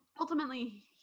ultimately